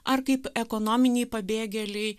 ar kaip ekonominiai pabėgėliai